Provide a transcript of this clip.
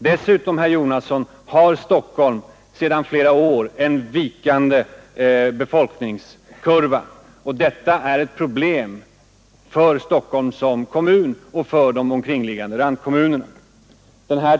Dessutom, herr Jonasson, har Stockholm sedan flera år en vikande befolkningskurva, och detta är ett problem för Stockholms kommun och för de kringliggande randkommunerna.